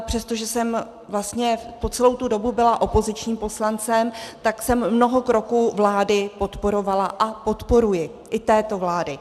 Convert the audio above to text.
Přestože jsem vlastně po celou tu dobu byla opozičním poslancem, tak jsem mnoho kroků vlády podporovala a podporuji i této vlády.